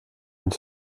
une